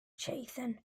chatham